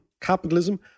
capitalism